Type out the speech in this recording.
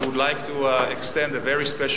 We would like to extend a very special